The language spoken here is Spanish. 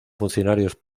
funcionarios